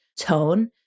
tone